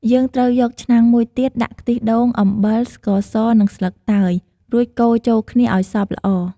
យើងត្រូវយកឆ្នាំងមួយទៀត ដាក់ខ្ទិះដូង អំបិល ស្ករស និងស្លឹកតើយ រួចកូរចូលគ្នាឱ្យសព្វល្អ។